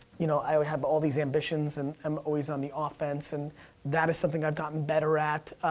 you know, i would have all these ambitions, and i'm always on the offense, and that is something i've gotten better at.